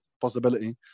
possibility